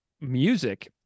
music